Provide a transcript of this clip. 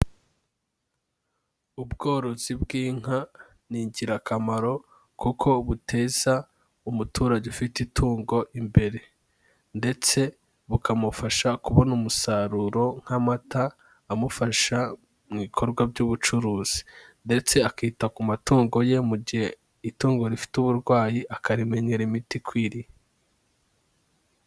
Ubworozi bw'inka ni ingirakamaro kuko buteza umuturage ufite itungo imbere, ndetse bukamufasha kubona umusaruro nk'amata amufasha mu bikorwa by'ubucuruzi. Ndetse akita ku matungo ye, mu gihe itungo rifite uburwayi akarimenyera imiti ikwiriye.